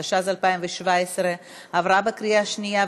התשע"ז 2017,